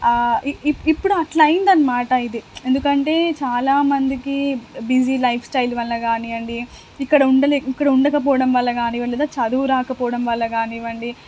ఇప్పుడు అలా అయ్యింది అన్నమాట ఇది ఎందుకంటే చాలా మందికి బిజీ లైఫ్ స్టైల్ వల్ల కానివ్వండి ఇక్కడ ఉండలే ఇక్కడ ఉండకపోవడం వల్ల కానివ్వండి లేదా చదువు రాకపోవడం వల్ల కానివ్వండి